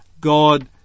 God